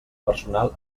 personal